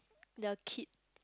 the kid